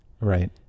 Right